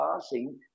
passing